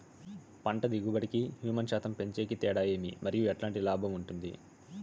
పంట దిగుబడి కి, హ్యూమస్ శాతం పెంచేకి తేడా ఏమి? మరియు ఎట్లాంటి లాభం ఉంటుంది?